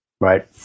right